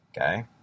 Okay